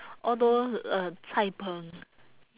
all those uh cai-png